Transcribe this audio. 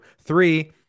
Three